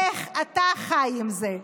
איך אתה חי עם זה?